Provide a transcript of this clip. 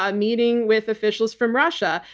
ah meeting with officials from russia.